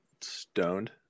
stoned